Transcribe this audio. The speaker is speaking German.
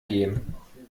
gehen